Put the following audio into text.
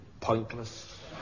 Pointless